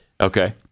okay